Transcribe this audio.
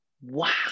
Wow